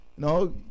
No